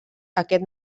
aquest